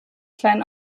kleinen